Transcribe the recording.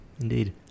Indeed